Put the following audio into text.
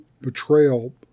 betrayal